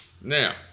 Now